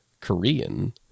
Korean